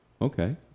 okay